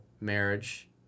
marriage